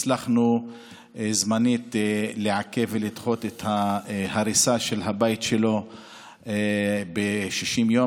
הצלחנו זמנית לעכב ולדחות את ההריסה של הבית שלו ב-60 יום.